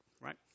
right